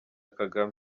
kagame